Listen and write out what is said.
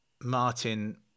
Martin